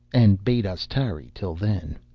and bade us tarry till then.